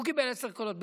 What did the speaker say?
הוא קיבל עשרה קולות,